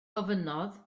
gofynnodd